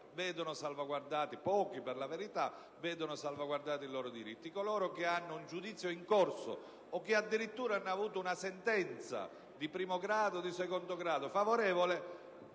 vedono salvaguardati i loro diritti; coloro che hanno un giudizio in corso, o che addirittura hanno avuto una sentenza di primo o di secondo grado favorevole,